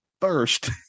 first